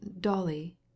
Dolly